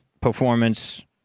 performance